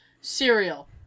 Cereal